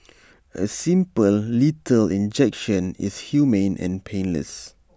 A simple lethal injection is humane and painless